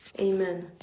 Amen